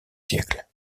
siècles